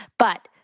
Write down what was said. but,